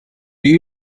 die